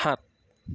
সাত